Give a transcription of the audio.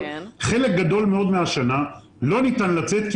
חלק גדול מאוד מהשנה לא ניתן לצאת כי